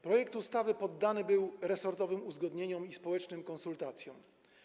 Projekt ustawy poddany był resortowym uzgodnieniom i społecznym konsultacjom.